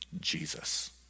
Jesus